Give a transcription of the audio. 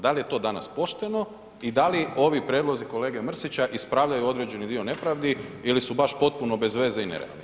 Da li je to danas pošteno i da li ovi prijedlozi kolege Mrsića ispravljaju određeni dio nepravdi ili su baš potpuno bez veze i nerealni.